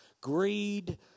greed